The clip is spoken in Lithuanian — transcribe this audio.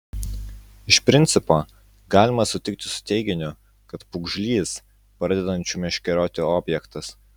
iš principo galima sutikti su teiginiu kad pūgžlys pradedančių meškerioti objektas